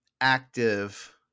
active